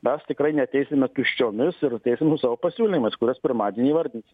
mes tikrai neateisime tuščiomis ir ateisim su savo pasiūlymais kuriuos pirmadienį įvardinsim